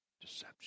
deception